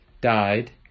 died